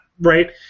Right